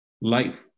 life